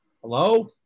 Hello